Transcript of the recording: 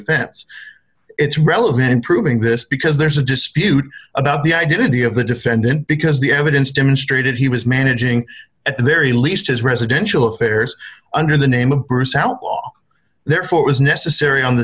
offense it's relevant in proving this because there's a dispute about the identity of the defendant because the evidence demonstrated he was managing at the very least his residential affairs under the name of bruce outlaw therefore it was necessary on the